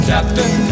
Captain